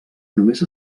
només